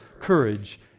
courage